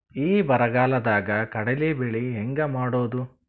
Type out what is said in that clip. ಈ ಬರಗಾಲದಾಗ ಕಡಲಿ ಬೆಳಿ ಹೆಂಗ ಮಾಡೊದು?